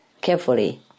carefully